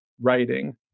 writing